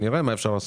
נראה מה אפשר לעשות.